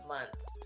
Months